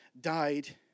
died